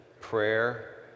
prayer